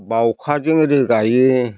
बावखाजों रोगायो